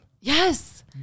Yes